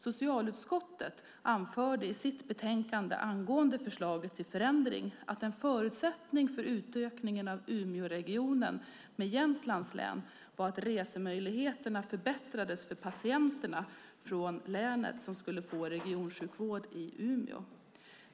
Socialutskottet anförde i sitt betänkande angående förslaget till förändring att en förutsättning för utökningen av Umeåregionen med Jämtlands län var att resmöjligheterna förbättrades för patienter från länet som skulle få regionsjukvård i Umeå.